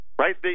Right